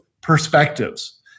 perspectives